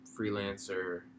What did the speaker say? freelancer